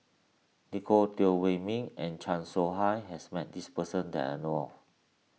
Nicolette Teo Wei Min and Chan Soh Ha has met this person that I know of